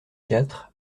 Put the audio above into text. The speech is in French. quatre